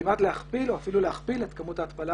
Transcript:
כמעט להכפיל או אפילו להכפיל את כמות ההתפלה